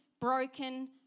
broken